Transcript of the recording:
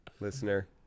listener